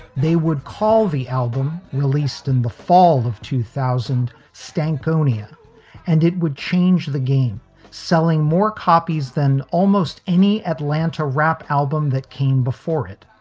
they would call the album released in the fall of two thousand. stankonia and it would change the game selling more copies than almost any atlanta rap album that came before it.